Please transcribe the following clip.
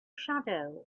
shadow